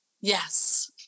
Yes